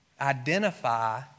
identify